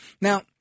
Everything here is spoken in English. Now